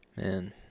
man